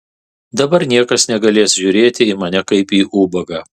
dabar niekas negalės žiūrėti į mane kaip į ubagą